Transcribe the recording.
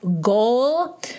goal